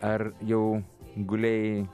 ar jau gulėjai